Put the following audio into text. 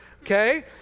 okay